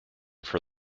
for